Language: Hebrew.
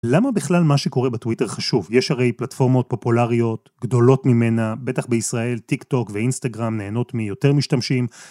למה בכלל מה שקורה בטוויטר חשוב? יש הרי פלטפורמות פופולריות, גדולות ממנה, בטח בישראל טיק טוק ואינסטגרם נהנות מיותר משתמשים.